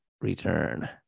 return